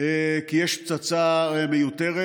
כי יש פצצה מיותרת